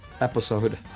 episode